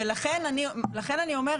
לכן אני אומרת,